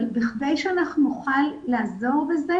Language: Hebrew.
אבל בכדי שנוכל לעזור בזה,